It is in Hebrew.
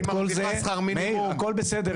הכול בסדר.